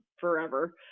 forever